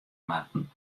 moatten